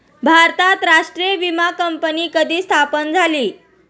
भारतात राष्ट्रीय विमा कंपनी कधी स्थापन झाली?